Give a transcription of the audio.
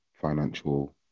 financial